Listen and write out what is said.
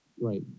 right